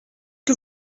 que